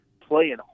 playing